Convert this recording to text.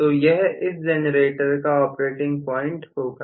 तो यह इस जनरेटर का ऑपरेटिंग पॉइंट होगा